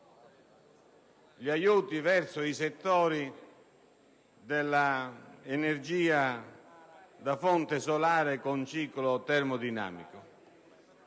incentivare il settore dell'energia da fonte solare con ciclo termodinamico.